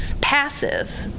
passive